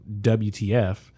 WTF